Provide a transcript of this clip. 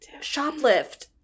Shoplift